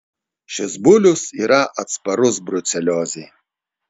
šis bulius yra atsparus bruceliozei